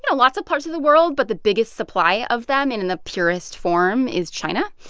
you know lots of parts of the world, but the biggest supply of them and in the purest form is china.